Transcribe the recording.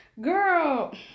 Girl